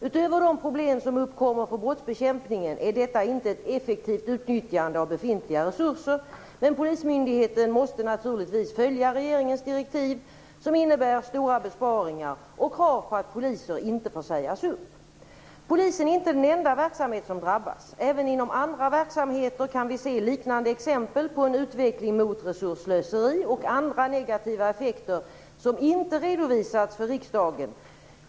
Utöver de problem som uppkommer för brottsbekämpningen är detta inte ett effektivt utnyttjande av befintliga resurser, men polismyndigheten måste naturligtvis följa regeringens direktiv, som innebär stora besparingar och krav på att poliser inte får sägas upp. Polisen är inte den enda verksamhet som drabbas. Även inom andra verksamheter kan vi se liknande exempel på en utveckling mot resursslöseri och andra negativa effekter som inte redovisats för riksdagen.